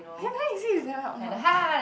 then where is it is there or no